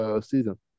season